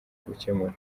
gukemura